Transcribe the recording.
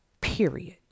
period